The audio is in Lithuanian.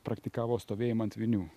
praktikavo stovėjimą ant vinių